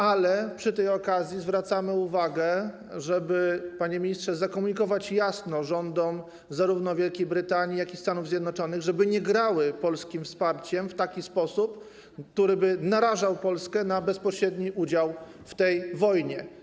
Ale przy tej okazji zwracamy uwagę, panie ministrze, żeby jasno zakomunikować rządom zarówno Wielkiej Brytanii, jak i Stanów Zjednoczonych, aby nie grały polskim wsparciem w sposób, który by narażał Polskę na bezpośredni udział w tej wojnie.